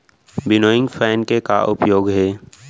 Winnowing fan के का उपयोग हे?